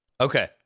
Okay